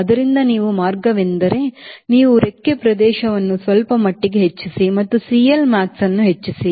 ಆದ್ದರಿಂದ ಇನ್ನೊಂದು ಮಾರ್ಗವೆಂದರೆ ನೀವು ರೆಕ್ಕೆ ಪ್ರದೇಶವನ್ನು ಸ್ವಲ್ಪ ಮಟ್ಟಿಗೆ ಹೆಚ್ಚಿಸಿ ಮತ್ತು ಸಿಎಲ್ಮ್ಯಾಕ್ಸ್ ಅನ್ನು ಹೆಚ್ಚಿಸಿ